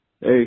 Hey